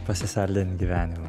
pasisaldint gyvenimą